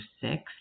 six